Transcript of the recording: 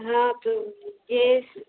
हाँ तो